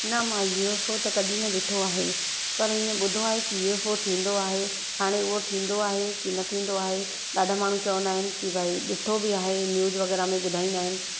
न मां U F O त कॾहिं न ॾिठो आहे पर ईअं ॿुधो आहे की यू एफ ओ थींदो आहे हाणे उहा थींदो आहे की न थींदो आहे ॾाढा माण्हू चवंदा आहिनि की भई ॾिठो बि आहे न्यूज वग़ैरह में ॿुधाईंदा आहिनि